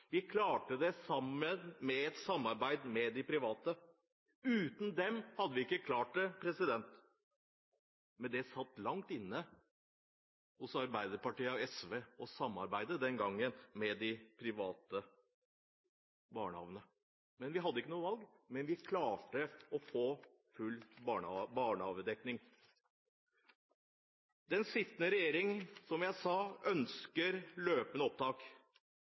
Vi klarte det sammen, gjennom et samarbeid med de private. Uten dem hadde vi ikke klart det. Det satt langt inne hos Arbeiderpartiet og SV å samarbeide med de private barnehagene den gangen, men vi hadde ikke noe valg. Men vi klarte å få full barnehagedekning. Den sittende regjering ønsker – som jeg sa – løpende opptak.